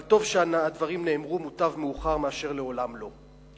אבל טוב שהדברים נאמרו, מוטב מאוחר מאשר לעולם לא.